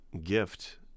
gift